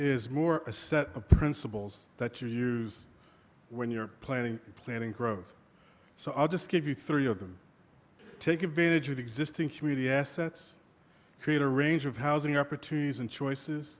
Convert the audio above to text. is more a set of principles that you use when you're planning planning growth so i'll just give you three of them take advantage of existing community assets create a range of housing opportunities and choices